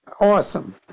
awesome